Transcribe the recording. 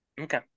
Okay